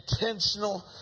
intentional